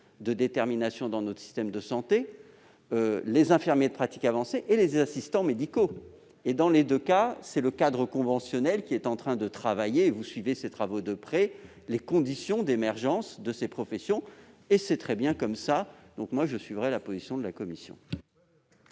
de détermination dans notre système de santé, celle d'infirmier en pratique avancée et celle d'assistant médical ; dans les deux cas, c'est le cadre conventionnel qui est en train de travailler- vous suivez ces travaux de près -aux conditions d'émergence de ces professions, et c'est très bien comme ça. Je suivrai donc la position de la commission.